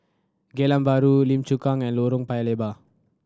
Geylang Bahru Lim Chu Kang and Lorong Paya Lebar